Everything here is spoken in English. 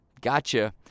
gotcha